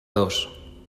dos